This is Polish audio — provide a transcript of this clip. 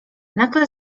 nagle